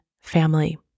family